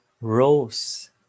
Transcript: rose